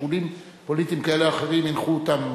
ששיקולים פוליטיים כאלה או אחרים הנחו אותם,